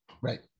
Right